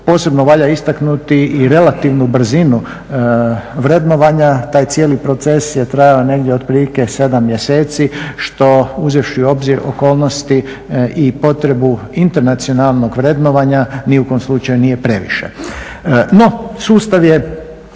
posebno valja istaknuti i relativnu brzinu vrednovanja. Taj cijeli proces je trajao negdje otprilike 7 mjeseci što uzevši u obzir okolnosti i potrebu internacionalnog vrednovanja ni u kom slučaju nije previše. No, sustav je